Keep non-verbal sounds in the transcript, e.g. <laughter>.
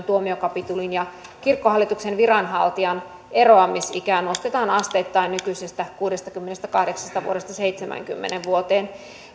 <unintelligible> tuomiokapitulin ja kirkkohallituksen viranhaltijan eroamis ikää nostetaan asteittain nykyisestä kuudestakymmenestäkahdeksasta vuodesta seitsemänkymmentä vuoteen